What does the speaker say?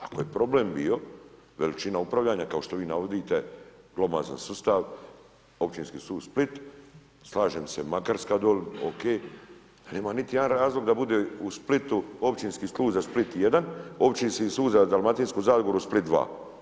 Ako je problem bio veličina upravljanja kao što vi navodite glomazan sustav, Općinski sud Split, slažem se, Makarska dolje, ok, pa nema niti jedan razlog da bude u Splitu općinski sud za Split I, općinski sud za Dalmatinsku zagoru Split II.